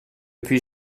puis